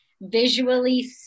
visually